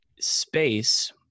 space